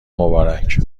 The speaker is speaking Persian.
مبارک